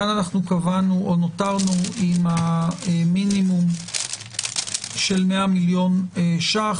כאן נותרנו עם המינימום של 100 מיליון ₪,